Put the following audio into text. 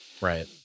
Right